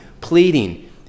pleading